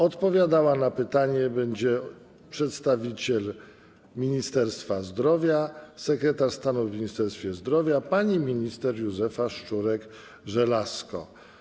Odpowiadać na pytania będzie przedstawiciel Ministerstwa Zdrowia, sekretarz stanu w Ministerstwie Zdrowia pani minister Józefa Szczurek-Żelazko.